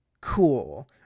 cool